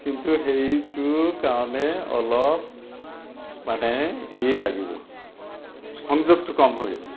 কিন্তু সেইটোৰ কাৰণে অলপ মানে ই লাগিব সংযোগটো কম হৈ আছে